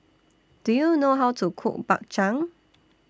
Do YOU know How to Cook Bak Chang